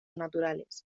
naturales